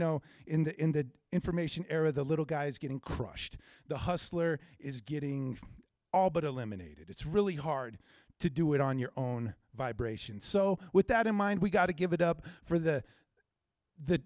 know in the in the information era of the little guys getting crushed the hustler is getting all but eliminated it's really hard to do it on your own vibration so with that in mind we got to give it up for the the